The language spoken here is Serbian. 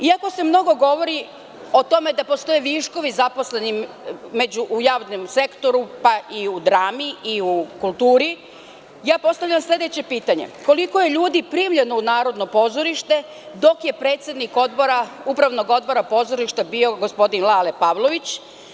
Iako se mnogo govori o tome da postoje viškovi zaposlenih u javnom sektoru, pa i u Drami i u kulturi, postavljam sledeće pitanje – koliko je ljudi primljeno u Narodno pozorište dok je predsednik Upravnog odbora Narodnog pozorišta bio gospodin Lale Pavlović?